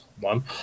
one